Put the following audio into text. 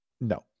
No